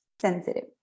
sensitive